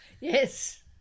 Yes